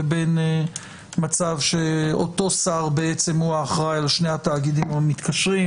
לבין מצב שאותו שר בעצם הוא אחראי על שני התאגידים המתקשרים,